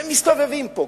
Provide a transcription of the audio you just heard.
שמסתובבים פה.